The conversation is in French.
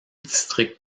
district